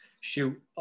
shoot